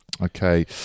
okay